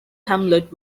hamlet